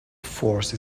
force